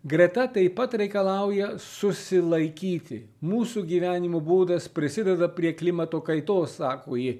greta taip pat reikalauja susilaikyti mūsų gyvenimo būdas prisideda prie klimato kaitos sako ji